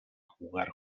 jugar